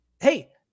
Hey